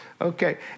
Okay